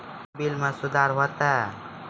क्या बिल मे सुधार होता हैं?